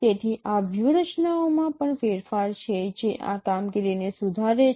તેથી આ વ્યૂહરચનાઓમાં પણ ફેરફાર છે જે આ કામગીરીને સુધારે છે